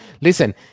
Listen